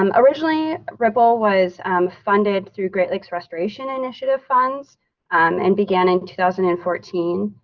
um originally ripple was funded through great lakes restoration initiative funds um and began in two thousand and fourteen,